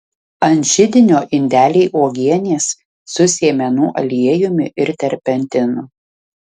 ant židinio indeliai uogienės su sėmenų aliejumi ir terpentinu